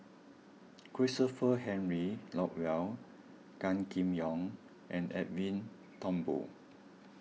Christopher Henry Rothwell Gan Kim Yong and Edwin Thumboo